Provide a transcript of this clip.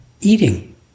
eating